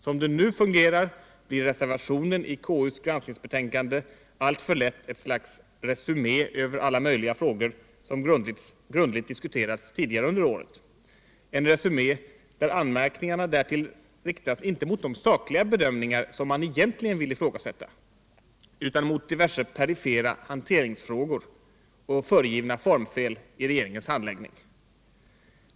Som det nu är blir reservationen i KU:s granskningsbetänkande alltför lätt ett slags resumé över alla möjliga frågor som grundligt diskuterats tidigare under året, en resumé där anmärkningar därtill riktas inte mot de sakliga bedömningar som man egentligen vill ifrågasätta utan mot diverse perifera hanteringsfrågor och föregivna formfel i regeringens handläggning.